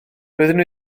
doeddwn